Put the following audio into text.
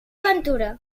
ventura